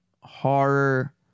horror